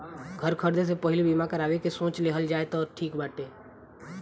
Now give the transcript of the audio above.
घर खरीदे से पहिले बीमा करावे के सोच लेहल जाए तअ ठीक रहत बाटे